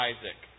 Isaac